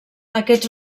aquests